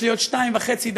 יש לי עוד שתי דקות וחצי,